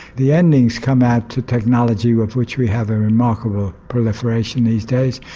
the endings come out to technology of which we have a remarkable proliferation these days,